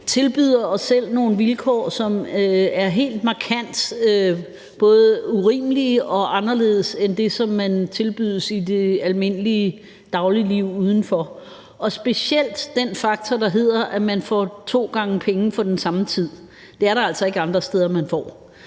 tilbyder os selv nogle vilkår, som er helt markant både urimelige og anderledes end det, som man tilbydes i det almindelige dagligliv udenfor – specielt den faktor, der hedder, at man får to gange penge for den samme tid. Det er der altså ikke andre steder man får.